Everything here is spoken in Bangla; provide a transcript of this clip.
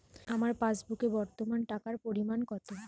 আমার পাসবুকে বর্তমান টাকার পরিমাণ কত?